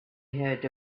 heard